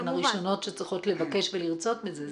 הן הראשונות שצריכות לבקש ולרצות בזה.